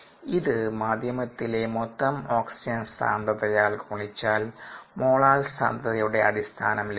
ഇത് മാധ്യമത്തിലെ മൊത്തം ഓക്സിജൻ സാന്ദ്രതയാൽ ഗുണിച്ചാൽ മോളാർ സാന്ദ്രതയുടെ അടിസ്ഥാനം ലഭിക്കുന്നു